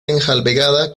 enjalbegada